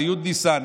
זה י' בניסן.